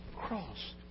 cross